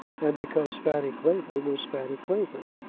and because fanny clavering was fanny clavering.